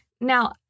Now